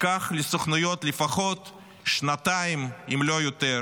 ייקח לסוכנויות לפחות שנתיים, אם לא יותר,